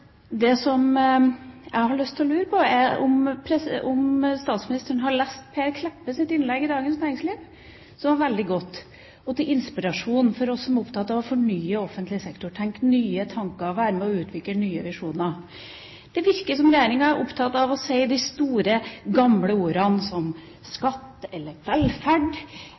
Det som jeg har lyst til å lure på, er om statsministeren har lest Per Kleppes innlegg i Dagens Næringsliv som var veldig godt og til inspirasjon for oss som er opptatt av å fornye offentlig sektor, tenke nye tanker og være med og utvikle nye visjoner. Det virker som om regjeringen er opptatt av å si de store, gamle ordene som «skatt» eller